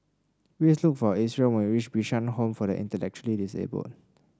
please look for Isreal when you reach Bishan Home for the Intellectually Disabled